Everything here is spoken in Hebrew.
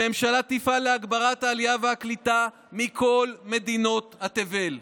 הממשלה תפעל להגברת העלייה והקליטה מכל מדינות תבל.